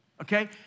okay